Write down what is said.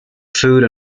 food